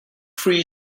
free